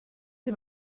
dem